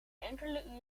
enkele